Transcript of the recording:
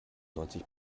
neunzig